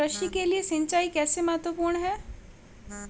कृषि के लिए सिंचाई कैसे महत्वपूर्ण है?